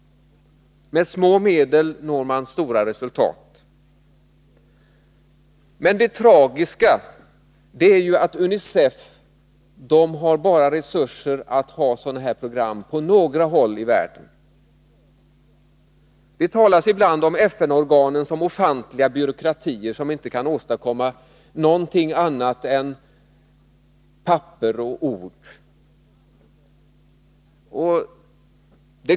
Med små medel når man stora resultat. Det tragiska är att UNICEF:s resurser bara räcker till att ha ett sådant här program på några få håll i världen. Det talas ibland om FN-organen som ofantliga byråkratier som inte åstadkommer någonting annat än papper och ord.